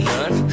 None